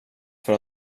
för